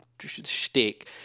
shtick